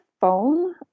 phone